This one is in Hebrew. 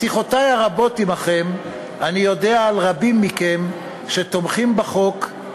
משיחותי הרבות עמכם אני יודע על רבים מכם שתומכים בחוק,